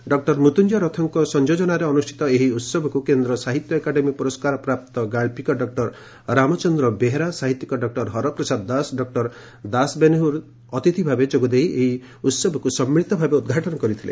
ଡଃ ମୃତ୍ୟୁଞ୍ଞୟ ରଥଙ୍ଙ ସଂଯୋଜନାରେ ଅନୁଷ୍ଠିତ ଏହି ଉହବକୁ କେନ୍ଦ ସାହିତ୍ୟ ଏକାଡେମୀ ପୁରସ୍କାର ପ୍ରାପ୍ତ ଗାଞ୍ଚିକ ଡଃ ରାମଚନ୍ଦ୍ର ବେହେରା ସାହିତ୍ୟିକ ଡଃ ହରପ୍ରସାଦ ଦାସ ଡଃ ଦାଶ ବେନହୁର ତିଥି ଭାବେ ଯୋଗଦେଇ ଏହି ଉହବକୁ ସ୍ମିଳୀତ ଭାବେ ଉଦ୍ଘାଟନ କରିଥିଲେ